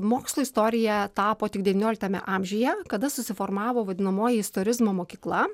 mokslu istorija tapo tik devynioliktame amžiuje kada susiformavo vadinamoji istorizmo mokykla